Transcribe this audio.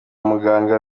muganga